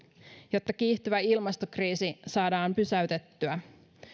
jotta kiihtyvä ilmastokriisi saadaan pysäytettyä